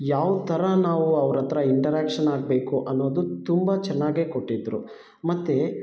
ಯಾವ ಥರ ನಾವು ಅವರತ್ರ ಇಂಟರ್ಯಾಕ್ಷನ್ ಆಗಬೇಕು ಅನ್ನೋದು ತುಂಬ ಚೆನ್ನಾಗೇ ಕೊಟ್ಟಿದ್ದರು ಮತ್ತು